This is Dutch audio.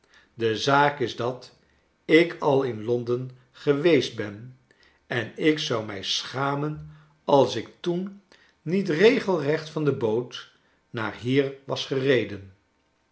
de zaak is dat ik al in londen geweest ben en ik zou mij schamen als ik toen niet regelrecht van de boot naar hier was gereden